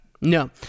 no